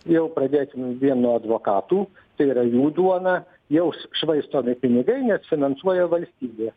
jau pradėti vien nuo advokatų tai yra jų duona jau švaistomi pinigai nes finansuoja valstybė